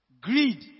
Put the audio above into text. greed